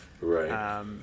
right